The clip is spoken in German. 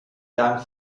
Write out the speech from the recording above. dank